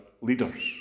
leaders